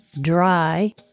dry